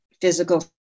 physical